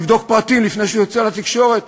לבדוק פרטים לפני שהוא יוצא לתקשורת,